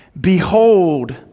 Behold